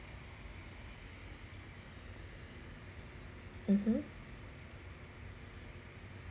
(uh huh)